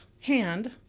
hand